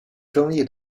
争议